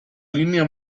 línea